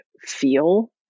feel